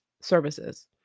services